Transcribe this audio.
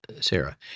Sarah